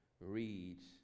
reads